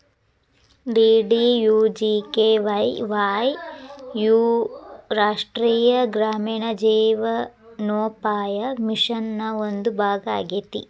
DDUGKY Y U ರಾಷ್ಟ್ರೇಯ ಗ್ರಾಮೇಣ ಜೇವನೋಪಾಯ ಮಿಷನ್ ನ ಒಂದು ಭಾಗ ಆಗೇತಿ